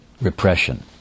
Repression